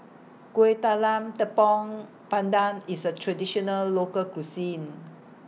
Kueh Talam Tepong Pandan IS A Traditional Local Cuisine